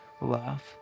love